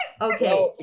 okay